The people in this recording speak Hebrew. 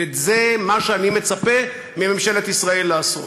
וזה מה שאני מצפה מממשלת ישראל לעשות.